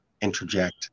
interject